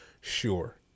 Sure